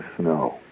snow